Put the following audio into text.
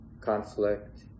conflict